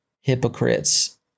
hypocrites